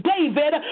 David